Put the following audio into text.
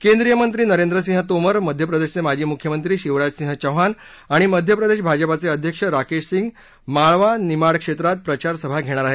केंद्रीय मंत्री नरेंद्र सिंह तोमर मध्यप्रदेशचे माजी मुख्यमंत्री शिवराज सिंह चौहान आणि मध्य प्रदेश भाजपाचे अध्यक्ष राकेश सिंग मालवा निमाड क्षेत्रात प्रचारसभा घेणार आहेत